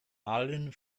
allen